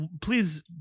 please